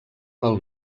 del